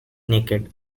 naked